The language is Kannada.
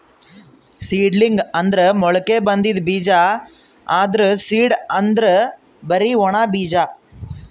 ಸೀಡಲಿಂಗ್ ಅಂದ್ರ ಮೊಳಕೆ ಬಂದಿದ್ ಬೀಜ, ಆದ್ರ್ ಸೀಡ್ ಅಂದ್ರ್ ಬರಿ ಒಣ ಬೀಜ